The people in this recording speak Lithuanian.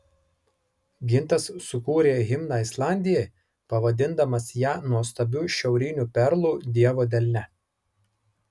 gintas sukūrė himną islandijai pavadindamas ją nuostabiu šiauriniu perlu dievo delne